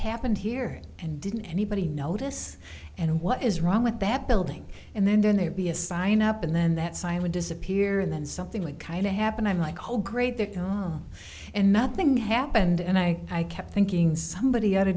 happened here and didn't anybody notice and what is wrong with that building and then then there'd be a sign up and then that sign would disappear and then something like kind of happened i'm like whoa great there and nothing happened and i kept thinking somebody